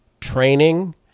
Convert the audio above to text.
Training